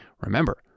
Remember